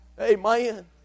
Amen